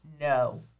No